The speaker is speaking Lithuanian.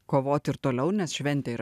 kovoti ir toliau nes šventė ir